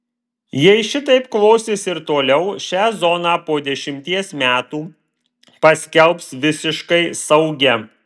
jei šitaip klosis ir toliau šią zoną po dešimties metų paskelbs visiškai saugia